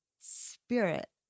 spirit